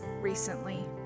recently